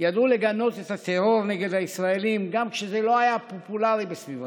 ידעו לגנות את הטרור נגד הישראלים גם כשזה לא היה פופולרי בסביבתם,